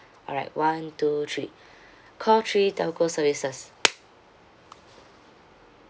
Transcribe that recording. alright one two three call three telco services